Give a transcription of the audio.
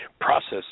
process